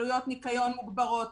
עלויות ניקיון מוגברות,